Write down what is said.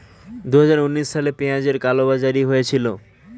দুহাজার উনিশ সালে পেঁয়াজের কালোবাজারি হয়েছিল